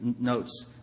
notes